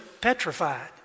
petrified